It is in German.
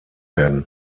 werden